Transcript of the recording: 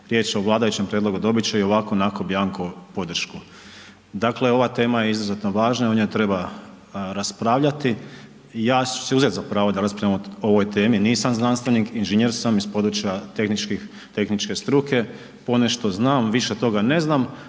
riječ o vladajućem prijedlogu dobit i ovako, onako bianco podršku. Dakle, ova tema je izuzetno važna o njoj treba raspravljati, ja ću si uzeti za pravo da raspravljam o ovoj temi, nisam znanstvenik, inženjer sam iz područja tehničke struke, ponešto znam, više toga ne znam,